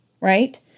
right